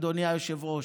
אדוני היושב-ראש: